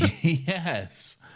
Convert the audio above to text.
Yes